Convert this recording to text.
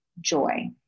joy